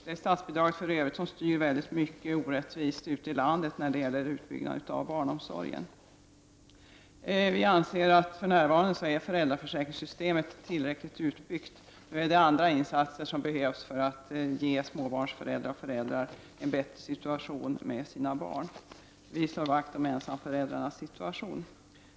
Det är för övrigt statsbidraget som styr mycket orättvist ute i landet när det gäller utbyggnaden av barnomsorgen. Enligt vår åsikt är föräldraförsäkringssystemet för närvarande tillräckligt utbyggt. Det behövs andra insatser för att ge småbarnsföräldrar och föräldrar en bättre situation när det gäller barnen. Vi slår vakt om ensamföräldrarnas situation.